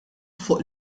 fuq